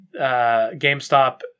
gamestop